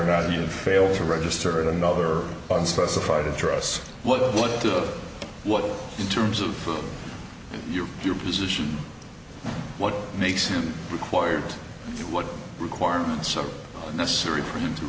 you've failed to register at another unspecified address what to what in terms of your your position what makes him required what requirements are necessary for him to